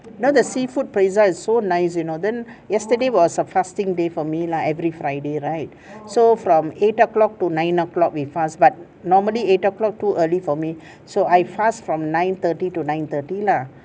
now the seafood pizza is so nice you know then yesterday was a fasting day for me lah every friday right so from eight o'clock to nine o'clock we fast but normally eight o'clock too early for me so I fast from nine thirty to nine thirty lah